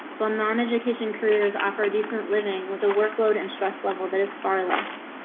well, non education careers offer a decent living with the workload and stress level that is far less.